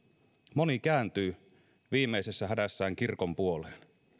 moni kääntyy viimeisessä hädässään kirkon puoleen